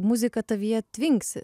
muzika tavyje tvinksi